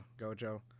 Gojo